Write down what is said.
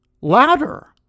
louder